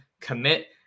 commit